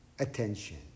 attention